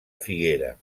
figuera